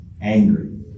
angry